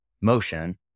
motion